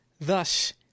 thus